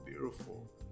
beautiful